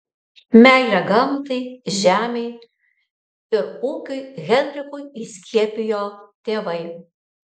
meilę gamtai žemei ir ūkiui henrikui įskiepijo tėvai